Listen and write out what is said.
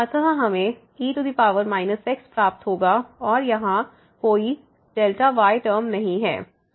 अत हमें e x प्राप्त होगा और यहाँ कोई y टर्म नहीं है